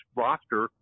roster